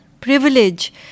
privilege